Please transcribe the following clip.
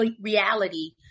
reality